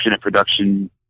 production